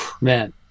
man